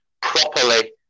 properly